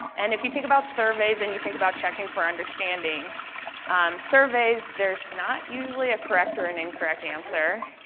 and if you think about surveys and you think about checking for understanding surveys, there's not usually a correct or an incorrect answer.